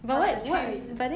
what's your three wishes